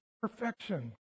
perfection